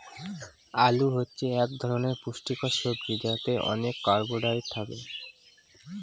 আলু হচ্ছে এক ধরনের পুষ্টিকর সবজি যাতে অনেক কার্বহাইড্রেট থাকে